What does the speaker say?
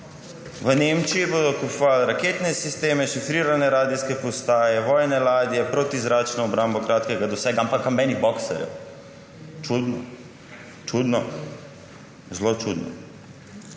V Nemčiji bodo kupovali raketne sisteme, šifrirane radijske postaje, vojne ladje, protizračno obrambo kratkega dosega, ampak nobenih boxerjev. Čudno. Čudno, zelo čudno.